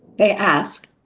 they ask,